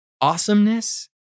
awesomeness